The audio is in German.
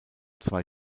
zwei